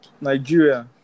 Nigeria